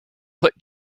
put